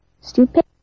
Stupid